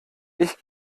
ich